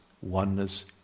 oneness